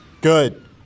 Good